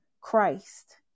Christ